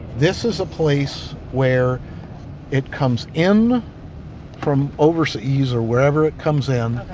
this is a place where it comes in from overseas or wherever it comes in.